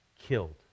killed